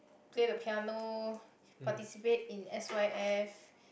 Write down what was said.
play the piano participate in S_Y_F